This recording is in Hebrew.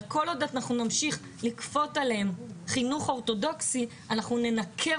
רק כל עוד נמשיך לכפות עליהם חינוך אורתודוכסי ננכר